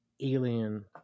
alien